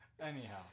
Anyhow